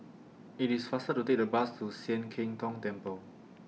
IT IS faster to Take The Bus to Sian Keng Tong Temple